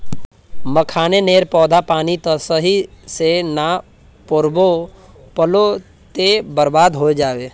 मखाने नेर पौधा पानी त सही से ना रोपवा पलो ते बर्बाद होय जाबे